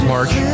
March